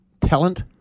talent